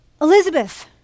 Elizabeth